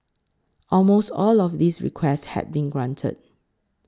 almost all of these requests had been granted